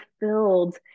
fulfilled